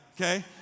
okay